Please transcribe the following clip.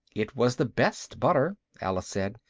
it was the best butter, alice said.